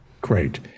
Great